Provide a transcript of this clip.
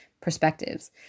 perspectives